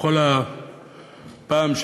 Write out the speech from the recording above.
פעם,